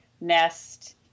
nest